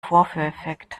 vorführeffekt